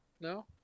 No